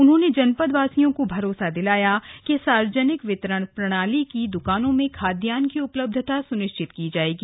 उन्होंने जनपदवासियों को भरोसा दिलाया कि सार्वजनिक वितरण प्रणाली की दुकानों में खाद्यान्न की उपलब्धता सुनिश्चित की जायेगी